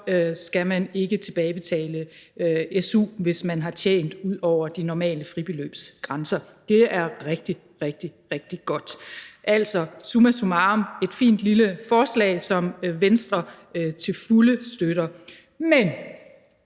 skal man ikke tilbagebetale su, hvis man har tjent ud over de normale fribeløbsgrænser. Det er rigtig, rigtig godt. Summa summarum er det et fint lille forslag, som Venstre til fulde støtter. Men